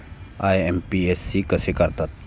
IMPS कसे करतात?